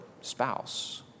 spouse